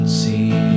see